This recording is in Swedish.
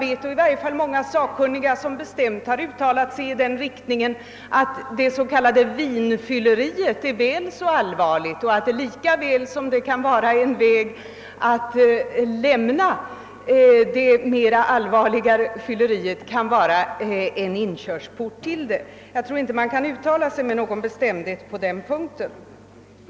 Jag känner i varje fall till många sakkunniga som bestämt har uttalat sig i den riktningen att det s.k. vinfylleriet är väl så allvarligt och att vinet, lika väl som det kan vara en väg att lämna det svårare fylleriet, kan vara en inkörsport till det. Jag tror inte att man kan yttra sig med någon bestämdhet på den punkten.